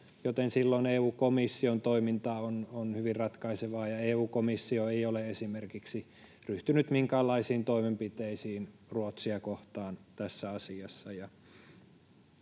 joten silloin EU:n komission toiminta on hyvin ratkaisevaa, ja EU:n komissio ei ole esimerkiksi ryhtynyt minkäänlaisiin toimenpiteisiin Ruotsia kohtaan tässä asiassa.